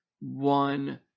one